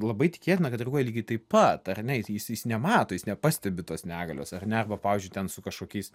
labai tikėtina kad reaguoja lygiai taip pat ar ne jis jis jis nemato jis nepastebi tos negalios ar ne arba pavyzdžiui ten su kažkokiais